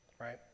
right